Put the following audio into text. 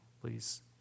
Please